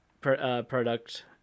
product